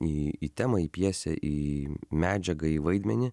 į temą į pjesę į medžiagą į vaidmenį